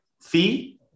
fee